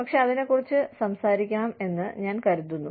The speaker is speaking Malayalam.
പക്ഷേ അതിനെക്കുറിച്ച് കുറച്ച് സംസാരിക്കണമെന്ന് ഞാൻ കരുതുന്നു